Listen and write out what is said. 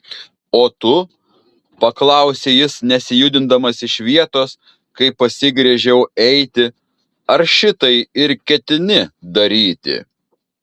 o tu paklausė jis nesijudindamas iš vietos kai pasigręžiau eiti ar šitai ir ketini daryti